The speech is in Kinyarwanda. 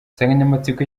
insanganyamatsiko